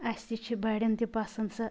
اسہِ تہِ چھِ بڑیٚن تہِ پسنٛد سۄ